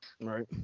Right